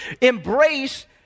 embrace